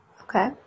Okay